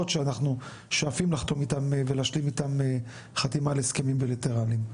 שאנחנו שואפים לחתום איתם ולהשלים איתם חתימה על הסכמים בילטרליים.